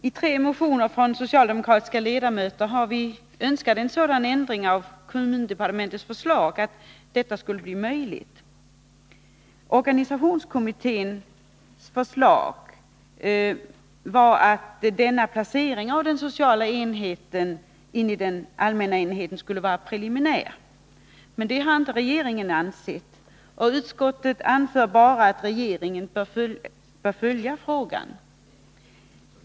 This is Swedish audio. I tre motioner från socialdemokratiska ledamöter föreslås en sådan ändring av kommundepartementets förslag att detta skulle bli möjligt. Organisationskommitténs förslag var att inplaceringen av den sociala enheten i den allmänna enheten skulle vara preliminär, men det har inte regeringen ansett att den skall vara. Utskottet anför bara att regeringen bör följa frågan.